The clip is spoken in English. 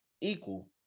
equal